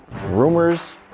rumors